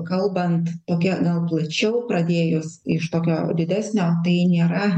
kalbant tokia gal plačiau pradėjus iš tokio didesnio tai nėra